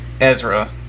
Ezra